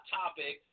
topic